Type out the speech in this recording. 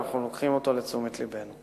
ואנחנו לוקחים אותו לתשומת לבנו.